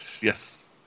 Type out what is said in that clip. Yes